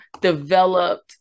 developed